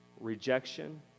Rejection